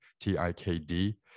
T-I-K-D